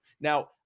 Now